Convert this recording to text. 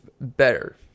better